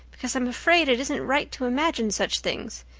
because i'm afraid it isn't right to imagine such things.